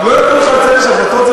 לא נתנו לך לצאת לשבתות,